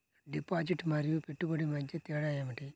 Deposit మరియు పెట్టుబడి మధ్య తేడా ఏమిటి?